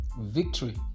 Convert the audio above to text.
victory